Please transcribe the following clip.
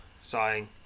sighing